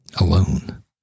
alone